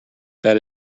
that